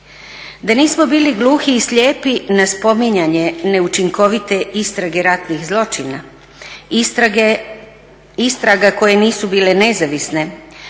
Da nismo bili gluhi i slijepi na spominjanje neučinkovite istrage ratnih zločina, istraga koje nisu bile nezavisne,